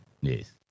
Yes